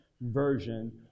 version